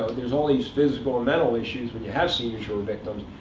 there's all these physical and mental issues, when you have seniors who are victims,